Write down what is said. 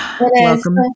welcome